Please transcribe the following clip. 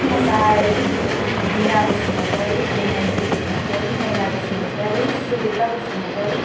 फुं मुसाहारि बिना बसुमतारि बिनायश्री बसुमतारि माइना बसुमतारि सुलेखा बसुमतारि